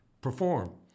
perform